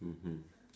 mmhmm